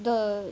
the